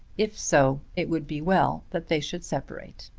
if so it would be well that they should separate.